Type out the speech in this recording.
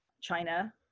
China